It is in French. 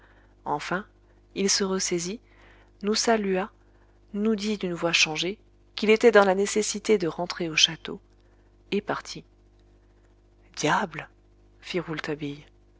enfin il se ressaisit nous salua nous dit d'une voix changée qu'il était dans la nécessité de rentrer au château et partit diable